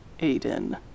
Aiden